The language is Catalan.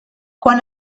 quan